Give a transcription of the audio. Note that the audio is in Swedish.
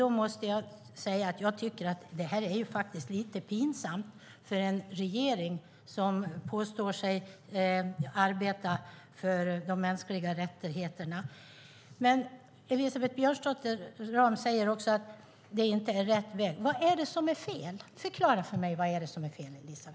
Jag måste säga att jag tycker att det faktiskt är lite pinsamt för en regering som påstår sig arbeta för de mänskliga rättigheterna. Elisabeth Björnsdotter Rahm säger att det inte är rätt väg att gå. Vad är det som är fel? Förklara för mig vad det är som är fel, Elisabeth.